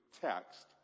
text